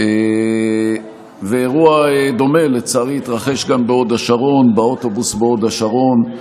אירוע דומה, לצערי, התרחש גם באוטובוס בהוד השרון,